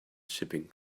shipping